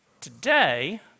Today